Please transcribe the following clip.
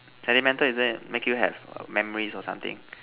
sentimental isn't it make you have memories or something